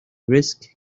risks